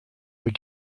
but